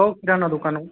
हो किराणा दुकान आहे